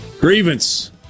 Grievance